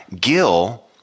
Gil